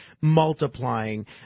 multiplying